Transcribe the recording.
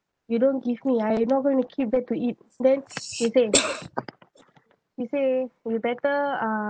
you don't give me ah I not going to keep that to eat then she say she say we better uh